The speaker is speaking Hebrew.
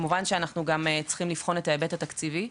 כמובן שאנחנו גם צריכים לבחון את ההיבט התקציבי,